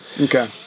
Okay